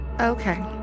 Okay